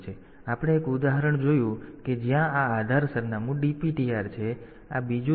તેથી આપણે એક ઉદાહરણ જોયું છે કે જ્યાં આધાર સરનામું DPTR છે તેથી આ બીજું છે